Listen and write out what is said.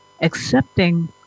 accepting